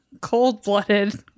cold-blooded